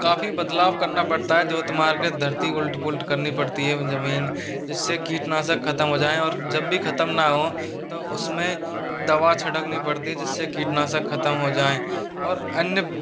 और काफ़ी बदलाव करना पड़ता है जो तुम्हारे के धरती को उलट पुलट करनी पड़ती है ज़मीन जिससे कीटनाशक ख़त्म हो जाए और जब भी ख़त्म न हो तो उसमें दवा छिड़कनी पड़ती है जिससे कीटनाशक ख़त्म हो जाएँ और अन्य